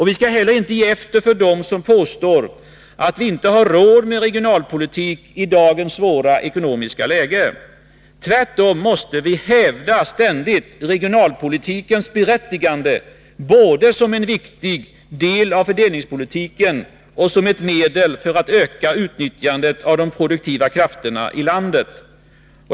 Vi skall inte heller ge efter för dem som påstår att vi inte har råd med regionalpolitik i dagens svåra ekonomiska läge. Tvärtom måste vi ständigt hävda regionalpolitikens berättigande både som en viktig del av fördelningspolitiken och som ett medel för att öka utnyttjandet av de produktiva krafterna i landet.